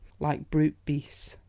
like brute beasts.